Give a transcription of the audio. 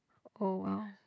oh !wow!